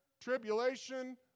tribulation